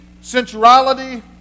sensuality